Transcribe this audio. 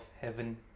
heaven